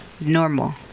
normal